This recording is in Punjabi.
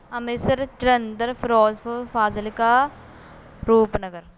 ਅੰਮ੍ਰਿਤਸਰ ਜਲੰਧਰ ਫਿਰੋਜ਼ਪੁਰ ਫਾਜ਼ਿਲਕਾ ਰੂਪਨਗਰ